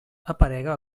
aparega